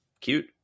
cute